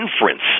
inference